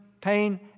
pain